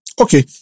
Okay